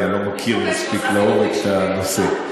כי אני לא מכיר מספיק לעומק את הנושא.